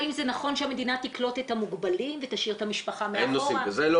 האם זה נכון שהמדינה תקלוט את המוגבלים ותשאיר את המשפחה מאחורה.